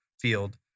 field